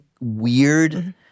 weird